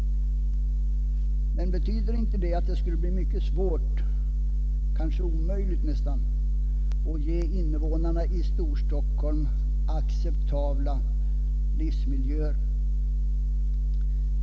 Men betyder inte det att det skulle bli mycket svårt, kanske nästan omöjligt, att ge invånarna i Storstockholm acceptabla livsmiljöer?